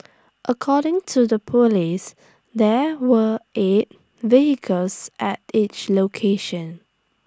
according to the Police there were eight vehicles at each location